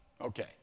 Okay